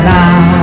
now